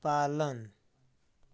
पालन